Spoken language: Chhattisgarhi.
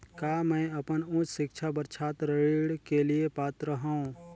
का मैं अपन उच्च शिक्षा बर छात्र ऋण के लिए पात्र हंव?